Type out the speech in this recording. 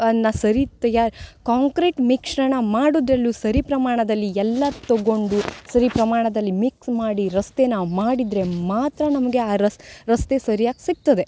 ಅನ್ನ ಸರಿ ತಯಾರು ಕಾಂಕ್ರಿಟ್ ಮಿಶ್ರಣ ಮಾಡುದರಲ್ಲೂ ಸರಿ ಪ್ರಮಾಣದಲ್ಲಿ ಎಲ್ಲ ತಗೊಂಡು ಸರಿ ಪ್ರಮಾಣದಲ್ಲಿ ಮಿಕ್ಸ್ ಮಾಡಿ ರಸ್ತೆನ ಮಾಡಿದರೆ ಮಾತ್ರ ನಮಗೆ ಆ ರಸ್ ರಸ್ತೆ ಸರಿಯಾಗಿ ಸಿಗ್ತದೆ